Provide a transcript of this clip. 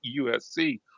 USC